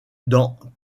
dans